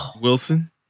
Wilson